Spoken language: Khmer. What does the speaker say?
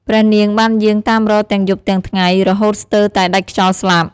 ព្រះនាងបានយាងតាមរកទាំងយប់ទាំងថ្ងៃ រហូតស្ទើរតែដាច់ខ្យល់ស្លាប់។